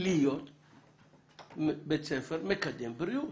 להיות בית ספר מקדם בריאות?